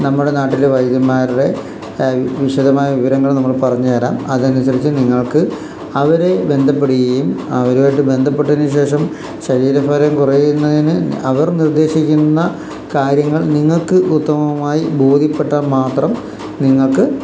നമ്മുടെ നാട്ടിലെ വൈദ്യന്മാരുടെ വിശദമായ വിവരങ്ങൾ നമ്മൾ പറഞ്ഞു തരാം അതനുസരിച്ചു നിങ്ങൾക്ക് അവരെ ബന്ധപ്പെടുകയും അവരുമായിട്ടു ബന്ധപ്പെട്ടതിനുശേഷം ശരീരഭാരം കുറയുന്നതിന് അവർ നിർദ്ദേശിക്കുന്ന കാര്യങ്ങൾ നിങ്ങൾക്ക് ഉത്തമമായി ബോധ്യപ്പെട്ടാല് മാത്രം നിങ്ങൾക്ക്